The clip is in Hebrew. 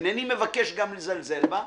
אינני מבקש גם לזלזל בה,